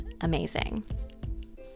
amazing